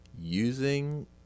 using